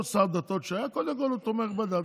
כל שר דתות שהיה, קודם כול הוא תומך בדת.